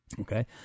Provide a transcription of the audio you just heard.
Okay